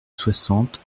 soixante